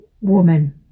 woman